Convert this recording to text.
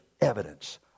evidence